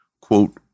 Quote